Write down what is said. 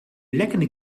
lekkende